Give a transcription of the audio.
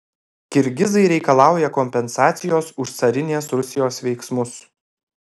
kirgizai reikalauja kompensacijos už carinės rusijos veiksmus